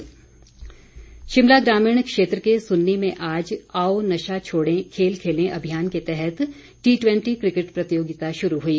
cricket Shimla ग्रामीण क्षेत्र के सुन्नी में आज आओ नशा छोड़ें खेल खेलें अभियान के तहत टी टवेंटी क्रिकेट प्रतियोगिता शुरू हुई